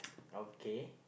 okay